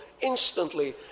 instantly